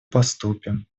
поступим